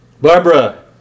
Barbara